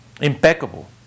impeccable